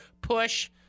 push